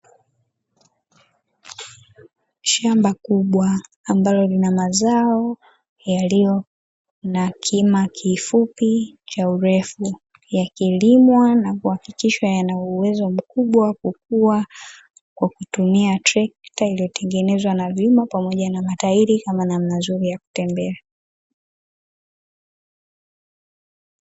Shamba kubwa ambalo lina mazao yaliyo na kima kifupi cha urefu, yakilimwa na kuhakikishwa yana uwezo mkubwa kukua, kwa kutumia trekta iliyotengenezwa na vyuma pamoja na matairi kama namna nzuri ya kutembea.